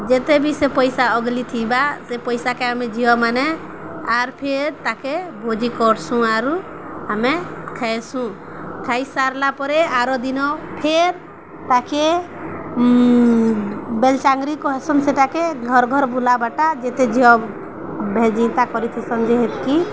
ଯେତେ ବି ସେ ପଇସା ଅଗଲି ଥିବା ସେ ପଇସାକେ ଆମେ ଝିଅମାନେ ଆର୍ ଫେର୍ ତାକେ ଭୋଜି କରସୁଁ ଆରୁ ଆମେ ଖାଇସୁଁ ଖାଇସାରିଲା ପରେ ଆର ଦିନ ଫେର୍ ତାକେ ବେଲ ଚାଙ୍ଗରି କହିସନ୍ ସେଟାକେ ଘର ଘର ବୁଲାବାରଟା ଯେତେ ଝିଅ ଭେଜିତା କରିଥିସନ୍ ଯେହେତକି